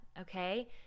okay